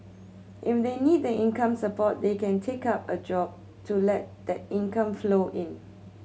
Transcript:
if they need the income support then they can take up a job to let that income flow in